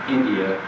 India